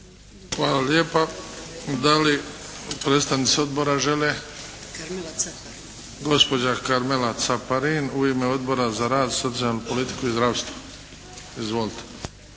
Hvala lijepa. Da li predstavnici odbora žele? Gospođa Karmela Caparin u ime Odbora za rad, socijalnu politiku i zdravstvo. Izvolite.